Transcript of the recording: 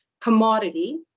commodity